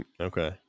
Okay